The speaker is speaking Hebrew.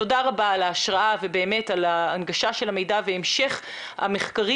תודה רבה על ההשראה ועל הנגשת המידע והמשך המחקרים